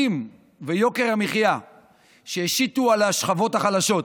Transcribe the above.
שהיקף המיסים ויוקר המחיה שהשיתו על השכבות החלשות,